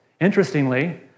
Interestingly